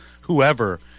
whoever